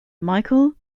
michael